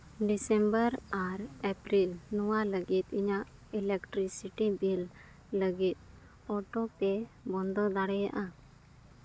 December ᱟᱨ April ᱱᱚᱣᱟ ᱞᱟᱹᱜᱤᱫ ᱤᱧᱟᱹᱜ ᱤᱞᱮᱠᱴᱨᱤᱥᱤᱴᱤ ᱵᱤᱞ ᱞᱟᱹᱜᱤᱫ ᱚᱴᱳᱯᱮ ᱵᱚᱱᱫᱚ ᱫᱟᱲᱮᱭᱟᱜᱼᱟ